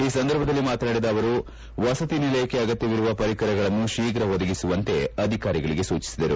ಈ ಸಂದರ್ಭದಲ್ಲಿ ಮಾತನಾಡಿದ ಅವರು ವಸತಿ ನಿಲಯಕ್ಕೆ ಅಗತ್ಯವಿರುವ ಪರಿಕರಗಳನ್ನು ಶೀಘ ಒದಗಿಸುವಂತೆ ಅಧಿಕಾರಿಗಳಿಗೆ ಸೂಚಿಸಿದರು